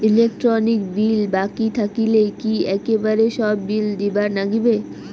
Electric bill বাকি থাকিলে কি একেবারে সব বিলে দিবার নাগিবে?